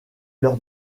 leur